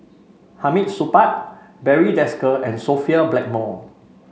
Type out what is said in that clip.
Hamid Supaat Barry Desker and Sophia Blackmore